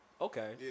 Okay